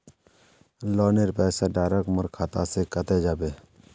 लोनेर पैसा डायरक मोर खाता से कते जाबे?